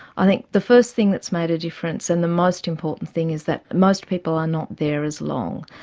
i think the first thing that's made a difference and the most important thing, is that most people are not there as long.